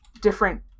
different